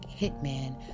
Hitman